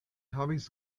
havis